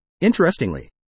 Interestingly